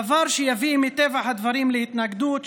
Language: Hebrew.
דבר שיביא מטבע הדברים להתנגדות,